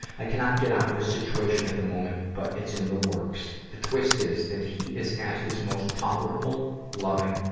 i cannot get out of this situation at the moment, but it's in the works. the twist is, that he is at his most tolerable, loving,